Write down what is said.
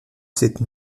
cette